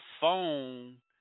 phone